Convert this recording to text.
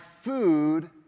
food